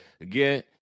again